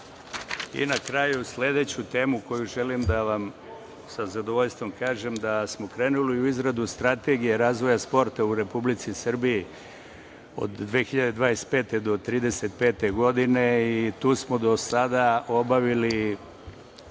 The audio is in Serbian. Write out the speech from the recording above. kraju, sledeću temu koju želim da vam sa zadovoljstvom kažem je da smo krenuli u izradu strategije razvoja sporta u Republici Srbiji od 2025. do 2035. godine i tu smo do sada obavili